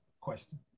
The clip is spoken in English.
question